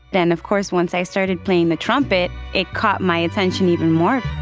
then, of course, once i started playing the trumpet, it caught my attention even more